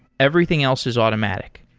everything else is automatic,